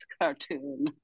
cartoon